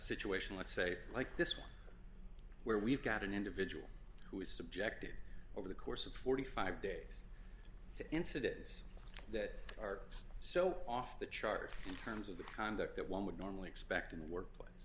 situation let's say like this one where we've got an individual who is subjected over the course of forty five dollars days to incidents that are so off the chart terms of the conduct that one would normally expect in the workplace